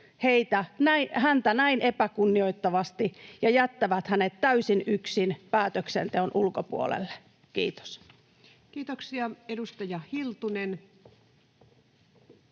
häntä näin epäkunnioittavasti ja jättävät hänet täysin yksin päätöksenteon ulkopuolelle. — Kiitos. [Speech